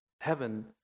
Heaven